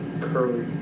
curly